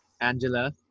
Angela